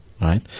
right